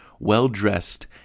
well-dressed